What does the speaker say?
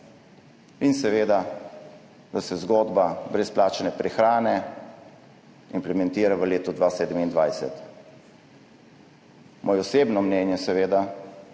se seveda zgodba brezplačne prehrane implementira v letu 2027. Moje osebno mnenje pa